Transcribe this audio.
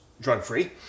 drug-free